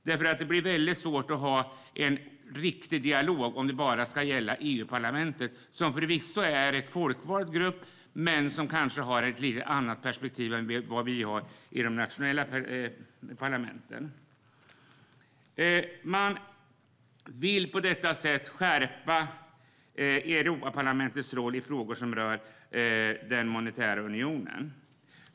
Det blir nämligen väldigt svårt att ha en riktig dialog om det bara ska gälla EU-parlamentet, som förvisso är en folkvald grupp men som kanske har ett lite annat perspektiv än det vi har i de nationella parlamenten. Man vill på detta sätt skärpa Europaparlamentets roll i frågor som rör den monetära unionen.